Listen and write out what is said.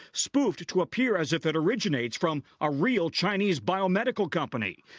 spoofed to appear as if it originates from a real chinese bio medical company.